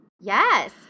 Yes